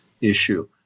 issue